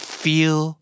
feel